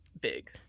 big